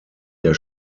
der